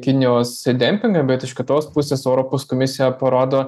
kinijos dempingą bet iš kitos pusės europos komisija parodo